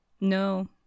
No